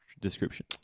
description